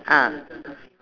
ah